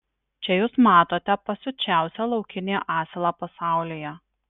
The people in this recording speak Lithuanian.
čia jūs matote pasiučiausią laukinį asilą pasaulyje